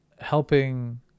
helping